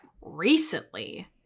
Recently